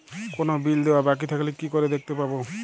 কোনো বিল দেওয়া বাকী থাকলে কি করে দেখতে পাবো?